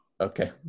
Okay